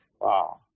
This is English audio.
Wow